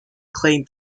claimed